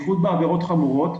בייחוד בעבירות חמורות,